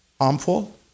harmful